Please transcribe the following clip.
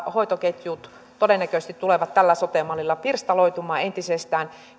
hoitoketjut todennäköisesti tulevat tällä sote mallilla pirstaloitumaan entisestään